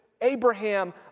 Abraham